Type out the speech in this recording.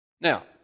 Now